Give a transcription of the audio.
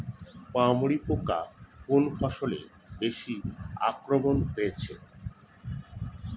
পামরি পোকা কোন ফসলে বেশি আক্রমণ হয়েছে?